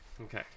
Okay